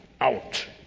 out